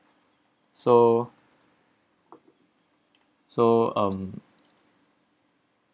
so so um